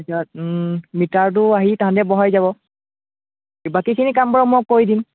পিছত মিটাৰটো আহি তাহাঁতে বহাই যাব বাকীখিনি কাম বাৰু মই কৰি দিম